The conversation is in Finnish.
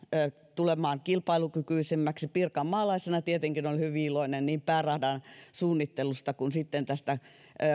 tulemaan kilpailukykyisemmäksi pirkanmaalaisena tietenkin olen hyvin iloinen niin pääradan suunnittelusta kuin sitten tästä